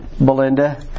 Belinda